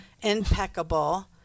impeccable